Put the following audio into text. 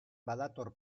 badator